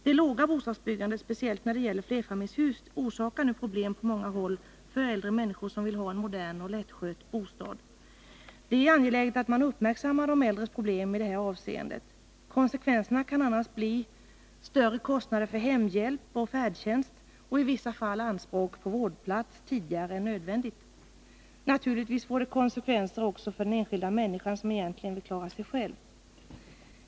Det låga bostadsbyggandet, speciellt när det gäller flerfamiljshus, orsakar nu problem på många håll för äldre människor som vill ha en modern och lättskött bostad. Det är angeläget att man uppmärksammar de äldres problem i detta avseende. Konsekvenserna kan annars bli större kostnader för hemhjälp och färdtjänst och i vissa fall anspråk på vårdplats tidigare än nödvändigt. Naturligtvis får det också konsekvenser för den enskilda människan som egentligen vill klara sig själv.